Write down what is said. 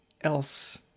else